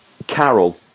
Carol